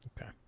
Okay